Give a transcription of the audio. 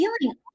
feeling